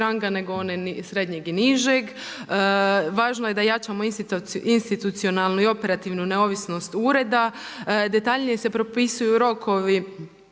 ranga nego one srednjeg i nižeg. Važno je da jačamo institucionalnu i operativnu neovisnost ureda. Detaljnije se propisuju rokovi